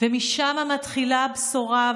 ומשם מתחילה הבשורה,